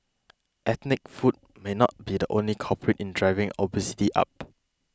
ethnic food may not be the only culprit in driving obesity up